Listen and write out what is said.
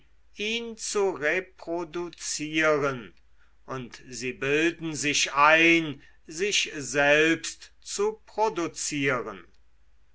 ihn zu reproduzieren und sie bilden sich ein sich selbst zu produzieren